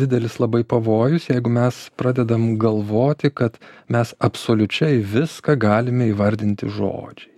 didelis labai pavojus jeigu mes pradedam galvoti kad mes absoliučiai viską galime įvardinti žodžiai